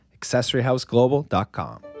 AccessoryHouseGlobal.com